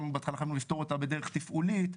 בהתחלה חשבנו לפתור אותה בדרך תפעולית,